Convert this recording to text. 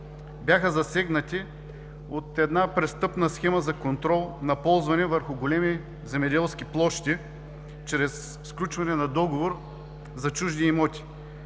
бяха засегнати от една престъпна схема за контрол на ползване върху големи земеделски площи чрез сключване на договор за чужди имоти.